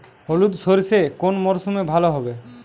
হলুদ সর্ষে কোন মরশুমে ভালো হবে?